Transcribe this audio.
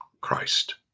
Christ